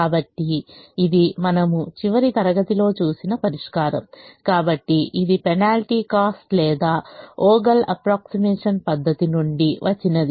కాబట్టి ఇది మనము చివరి తరగతిలో చూసిన పరిష్కారం కాబట్టి ఇది పెనాల్టీ ఖర్చు లేదా వోగెల్Vogels అప్ప్రోక్సిమేషన్ పద్ధతి నుండి వచ్చినది